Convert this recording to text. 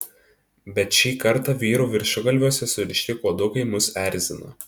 bet šį kartą vyrų viršugalviuose surišti kuodukai mus erzina